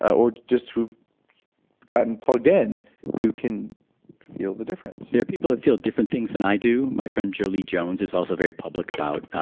or just who've gotten plugged in who can feel the difference there are people that feel different things than i do. my friend, jolie jones, is also very public about